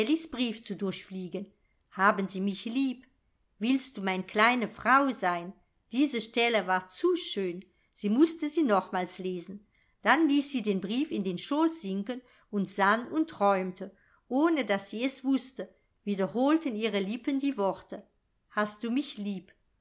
brief zu durchfliegen haben sie mich lieb willst du mein kleine frau sein diese stelle war zu schön sie mußte sie nochmals lesen dann ließ sie den brief in den schoß sinken und sann und träumte ohne daß sie es wußte wiederholten ihre lippen die worte hast du mich lieb